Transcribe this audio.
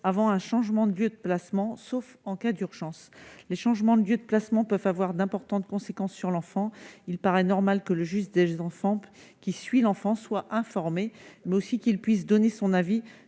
avant un changement de lieu de placement, sauf en cas d'urgence. Les changements de lieu de placement peuvent avoir d'importantes conséquences sur l'enfant. Il paraît normal que le juge des enfants qui suit l'enfant soit informé, mais aussi qu'il puisse donner son avis